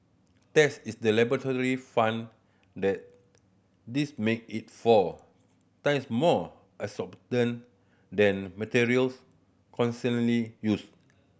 test is the laboratory found that this make it four times more than materials used